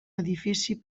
edifici